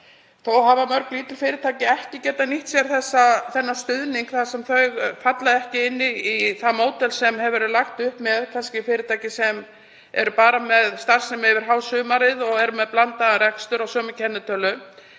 Þó hafa mörg lítil fyrirtæki ekki getað nýtt sér þennan stuðning þar sem þau falla ekki inn í það módel sem lagt hefur verið upp með, kannski fyrirtæki sem eru bara með starfsemi yfir hásumarið og eru með blandaðan rekstur og á sömu kennitölu.